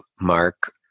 Mark